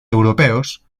europeos